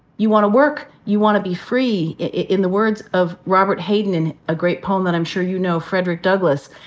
you want to work, you want to be free. in the words of robert hayden in a great poem that i'm sure you know, frederick douglass,